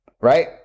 right